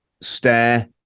stare